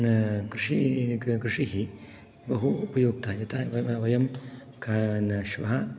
कृषिः बहु उपयुक्ता यथा वयं श्वः